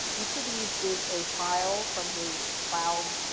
each of these is a file from his cloud,